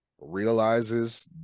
realizes